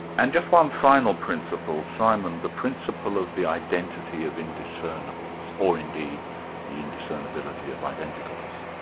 and just one final principle, simon, the principle of the identity of indiscernables, or indeed the indiscernability of identicals.